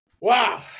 Wow